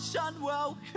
unwelcome